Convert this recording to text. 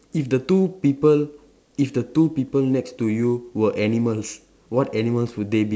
if the two people if the two people next to you were animals what animals would they be